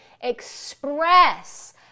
express